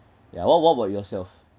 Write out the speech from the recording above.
ya what what about yourself